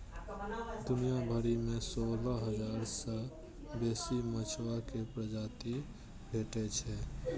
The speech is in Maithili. दुनिया भरि मे सोलह हजार सं बेसी मधुमाछी के प्रजाति भेटै छै